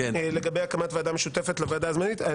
לגבי הקמת ועדה משותפת לוועדה הזמנית?